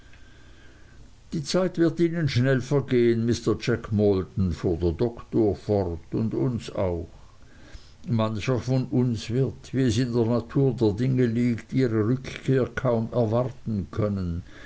die zeit wird ihnen schnell vergehen mr jack maldon fuhr der doktor fort und uns auch mancher von uns wird wie es in der natur der dinge liegt ihre rückkehr kaum erwarten können